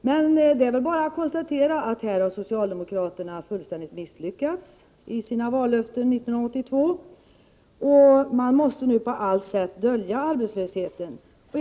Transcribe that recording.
Men det är bara att konstatera att socialdemokraterna fullständigt har misslyckats med att hålla sina vallöften från 1982, och de måste nu på allt sätt dölja arbetslösheten.